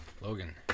Logan